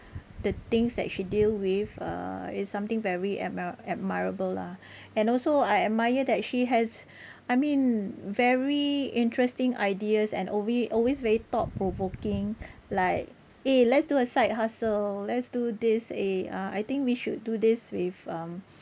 the things that she deal with uh is something very admi~ admirable lah and also I admire that she has I mean very interesting ideas and always always very thought-provoking like eh let's do a side hustle let's do this eh uh I think we should do this with um